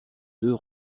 deux